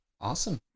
Awesome